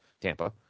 Tampa